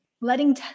letting